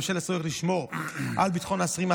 ובשל הצורך לשמור על ביטחון האסירים,